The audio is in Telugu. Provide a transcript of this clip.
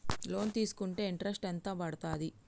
లోన్ తీస్కుంటే ఇంట్రెస్ట్ ఎంత పడ్తది?